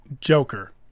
joker